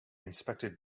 inspected